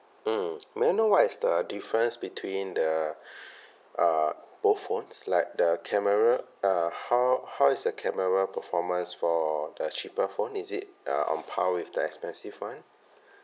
mmhmm may I know what is the difference between the uh both phones like the camera uh how how is the camera performance for the cheaper phone is it uh on par with the expensive [one]